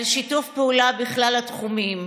על שיתוף פעולה בכלל התחומים.